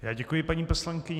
Já děkuji paní poslankyni.